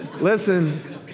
listen